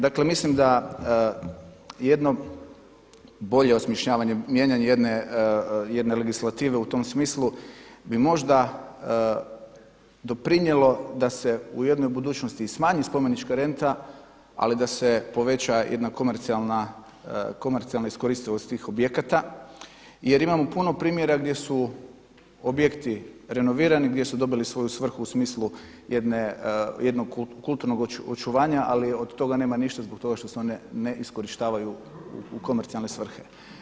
Dakle mislim da jedno bolje osmišljavanje, mijenjanje jedne legislative u tom smislu bi možda doprinijelo da se u jednoj budućnosti i smanji spomenička renta ali da se poveća jedna komercijalna, komercijalna iskoristivost tih objekata jer imamo puno primjera gdje objekti renovirani, gdje su dobili svoju svrhu u smislu jednog kulturnog očuvanja ali od toga nema ništa zbog toga što se one ne iskorištavaju u komercijalne svrhe.